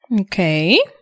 Okay